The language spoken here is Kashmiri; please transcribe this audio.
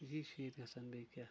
یی چھ ییٚتہِ گژھان بیٚیہِ کیٚاہ